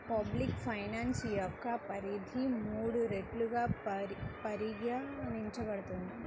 public finance యొక్క పరిధి మూడు రెట్లుగా పరిగణించబడుతుంది